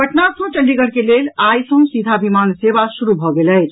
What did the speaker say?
पटना सँ चंडीगढ़ के लेल आई सँ सीधा विमान सेवा शुरू भऽ गेल अछि